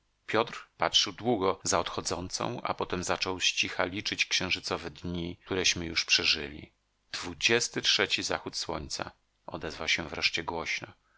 piotr patrzył długo za odchodzącą a potem zaczął z cicha liczyć księżycowe dni któreśmy już przeżyli dwudziesty trzeci zachód słońca odezwał się wreszcie głośno